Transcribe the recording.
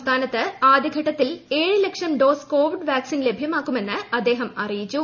സംസ്ഥാനത്ത് ആദ്യ ഘട്ടത്തിൽ ഏഴ് ലക്ഷം ഡ്ടോസ് കോവിഡ് വാക്സിൻ ലഭ്യമാക്കുമെന്ന് അദ്ദേഹം ൂർദ്ദിയിച്ചു